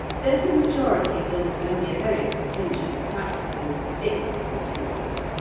though the majority build only a very pretentious platform of sticks for the two eggs,